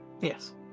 yes